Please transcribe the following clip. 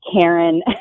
Karen